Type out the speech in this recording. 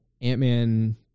Ant-Man